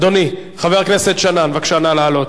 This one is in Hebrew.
אדוני, חבר הכנסת שנאן, בבקשה, נא לעלות.